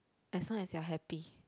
as long as you are happy